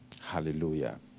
Hallelujah